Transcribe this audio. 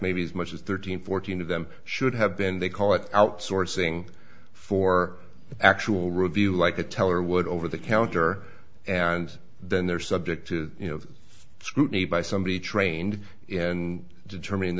maybe as much as thirteen fourteen of them should have been they call it outsourcing for actual review like a teller would over the counter and then they're subject to you know scrutiny by somebody trained in determining